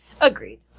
Agreed